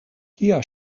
kia